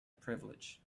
privilege